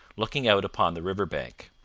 looking out upon the river-bank.